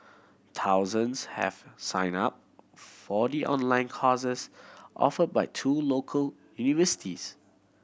thousands have signed up for the online courses offered by two local universities